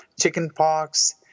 chickenpox